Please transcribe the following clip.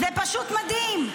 זה פשוט מדהים.